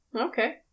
Okay